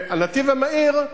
הנתיב המהיר,